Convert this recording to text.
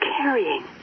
carrying